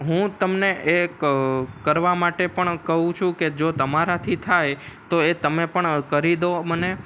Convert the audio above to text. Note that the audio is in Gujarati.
હું તમને એક કરવા માટે પણ કહું છું કે જો તમારાથી થાય તો એ તમે પણ કરી દો મને